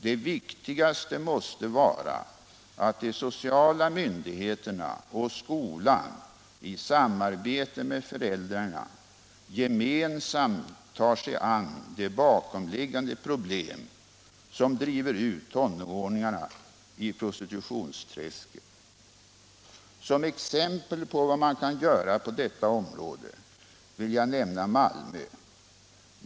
Det viktigaste måste vara att de sociala myndigheterna och skolan i samarbete med föräldrarna gemensamt tar sig an de bakomliggande problem som driver ut tonåringarna i prostitutionsträsket. Som exempel på vad man kan göra på detta område vill jag nämna Malmö.